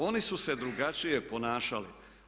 Oni su se drugačije ponašali.